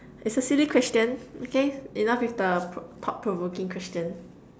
it's a silly question okay enough with the pro~ thought provoking question